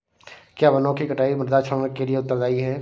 क्या वनों की कटाई मृदा क्षरण के लिए उत्तरदायी है?